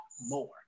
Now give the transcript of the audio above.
more